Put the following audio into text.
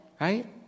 right